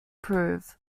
prove